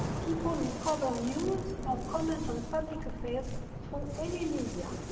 people who cover news or comment on public affairs through any media,